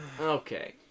Okay